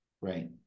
Right